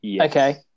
Okay